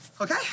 Okay